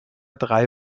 drei